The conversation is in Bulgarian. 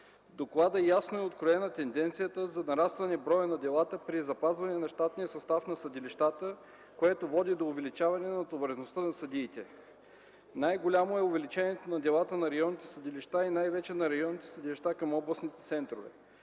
доклада ясно е откроена тенденцията за нарастване броя на делата при запазване на щатния състав на съдилищата, което води до увеличаване на натовареността на съдиите. Най-голямо е увеличението на делата на районните съдилища и най-вече на районните съдилища към областните центрове.